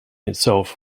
itself